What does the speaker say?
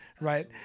right